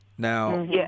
Now